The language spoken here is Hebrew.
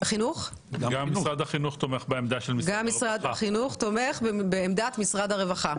--- גם משרד החינוך תומך בעמדה של משרד הרווחה.